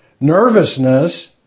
nervousness